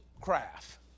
Craft